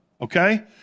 okay